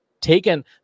taken